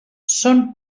són